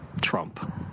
Trump